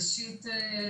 ראשית,